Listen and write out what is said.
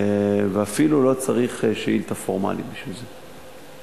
ואפילו לא צריך שאילתא פורמלית בשביל זה.